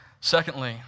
Secondly